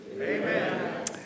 Amen